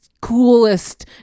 coolest